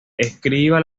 escriba